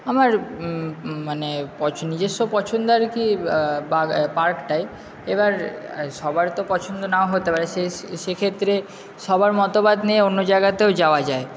আমার মানে নিজস্ব পছন্দ আর কি বাগ পার্কটাই এবার সবার তো পছন্দ নাও হতে পারে সে সেক্ষেত্রে সবার মতবাদ নিয়ে অন্য জায়গাতেও যাওয়া যায়